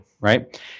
right